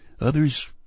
Others